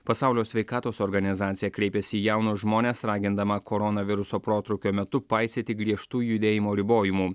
pasaulio sveikatos organizacija kreipėsi į jaunus žmones ragindama koronaviruso protrūkio metu paisyti griežtų judėjimo ribojimų